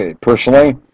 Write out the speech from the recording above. personally